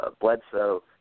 Bledsoe